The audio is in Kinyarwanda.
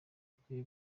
akwiye